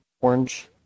orange